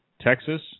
Texas